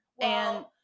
and-